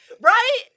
Right